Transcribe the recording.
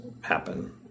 happen